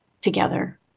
together